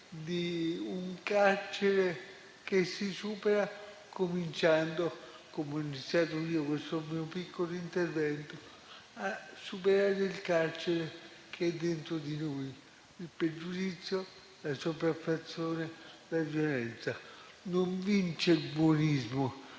di un carcere che si supera, cominciando, come ho iniziato io in questo mio piccolo intervento, a superare il carcere che è dentro di noi, il pregiudizio, la sopraffazione, la violenza. Non vince il buonismo,